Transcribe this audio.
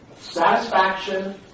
satisfaction